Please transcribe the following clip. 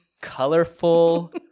colorful